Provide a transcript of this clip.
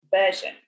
version